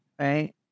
Right